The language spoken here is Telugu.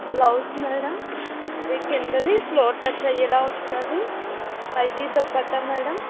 బ్లౌజ్ మేడం ఇది కిందది ఫ్లోర్ టచ్ అయ్యేలా వస్తుంది పైది దుపట్టా మేడం